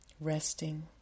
resting